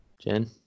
Jen